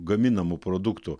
gaminamų produktų